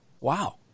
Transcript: wow